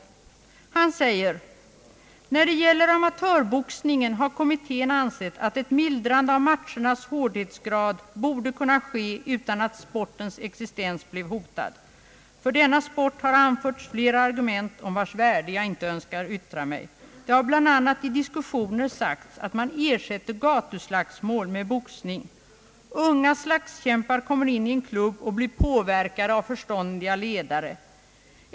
Han säger: »När det gäller amatörboxningen har kommittén ansett att ett mildrande av matchernas hårdhetsgrad borde kunna ske utan att sportens existens blev hotad. För denna sport har anförts flera argument om vars värde jag inte önskar yttra mig. Det har bland annat i diskussioner sagts att man ersätter gatuslagsmål med boxning. Unga slagskämpar kommer in i en klubb och blir påverkade av förståndiga ledare.